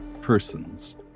persons